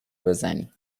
بزنی